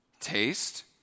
Taste